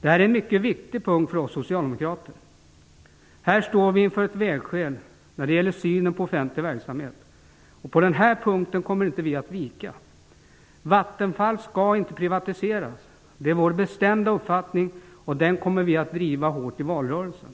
Detta är en mycket viktig punkt för oss socialdemokrater. Här står vi inför ett vägskäl när det gäller synen på offentlig verksamhet. På den här punkten kommr vi inte att vika. Vattenfall skall inte privatiseras. Det är vår bestämda uppfattning, och den kommer vi att driva hårt i valrörelsen.